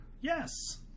Yes